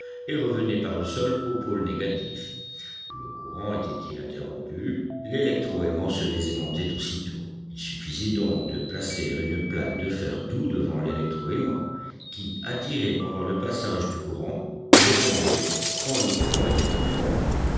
et revenait par le sol au pôle négatif le courant était-il interrompu l'électroaimant se désaimantait aussitôt il suffisait donc de placer une plaque de fer doux devant lélectro aimant qui attirée pendant le passage du courant retombait quand le courant était interrompu